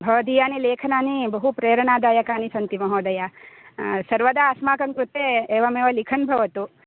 भवदीयानि लेखनानि बहु प्रेरणादायकानि सन्ति महोदय सर्वदा अस्माकं कृते एवमेव लिखन् भवतु